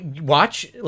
watch